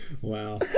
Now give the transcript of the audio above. Wow